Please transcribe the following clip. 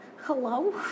Hello